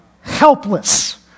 helpless